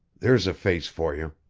there's a face for you,